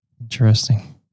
Interesting